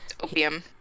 Opium